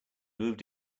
moved